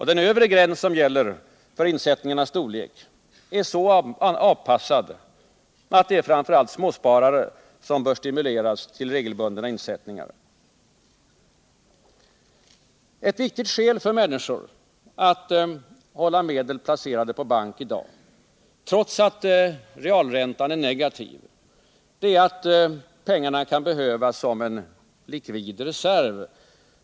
Den övre gräns som gäller för insättningarnas storlek är så anpassad att det framför allt är småsparare som bör stimuleras till regelbundna insättningar. Ett viktigt skäl till att man i dag håller medel placerade i bank trots att realräntan är negativ är att pengarna kan behövas som en likvid reserv.